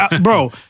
Bro